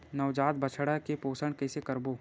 नवजात बछड़ा के पोषण कइसे करबो?